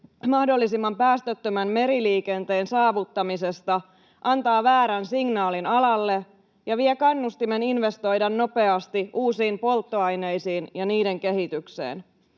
mahdollisimman päästöttömän meriliikenteen saavuttamisesta, antaa väärän signaalin alalle ja vie kannustimen investoida nopeasti uusiin polttoaineisiin ja niiden kehitykseen.